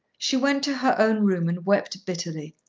she went to her own room and wept bitterly.